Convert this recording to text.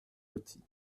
loties